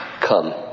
come